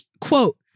quote